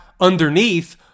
underneath